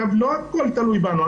לא הכול תלוי בנו,